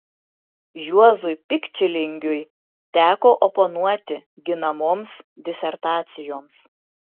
juozui pikčilingiui teko oponuoti ginamoms disertacijoms